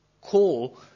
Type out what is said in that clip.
call